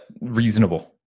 reasonable